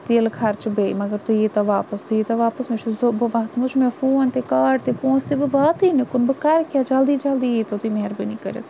تیٖلہٕ خَرچہِ بیٚیہِ مگر تُہۍ ییٖتَو واپَس تُہۍ ییٖتَو واپَس مےٚ چھُ ضوٚ بہٕ اتھ مَنٛز چھُ مےٚ فون تہِ کاڑ تہِ پونٛسہٕ تہِ بہٕ واتٕے نہٕ کُن بہٕ کَرٕ کیاہ جَلدی جَلدی ییٖتَو تُہۍ مہربٲنی کٔرِتھ